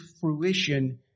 fruition